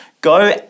go